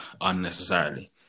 unnecessarily